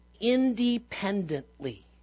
independently